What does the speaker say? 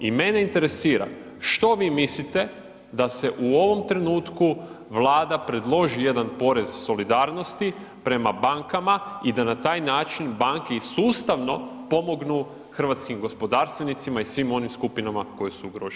I mene interesira što vi mislite da se u ovom trenutku Vlada predloži jedan porez solidarnosti prema bankama i da na taj način banke i sustavno pomognu hrvatskim gospodarstvenicima i svim onim skupinama koje su ugrožene?